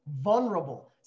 vulnerable